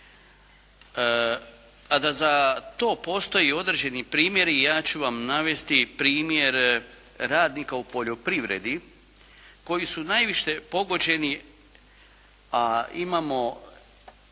A da za to postoje određeni primjeri, ja ću vam navesti primjer radnika u poljoprivredi koji su najviše pogođeni, a imamo